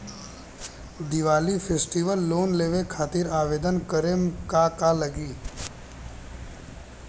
Diwali festival loan लेवे खातिर आवेदन करे म का का लगा तऽ?